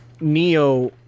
Neo